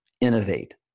innovate